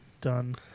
done